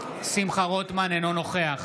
שמחה רוטמן, אינו נוכח